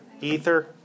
Ether